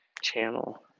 channel